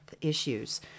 issues